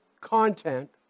content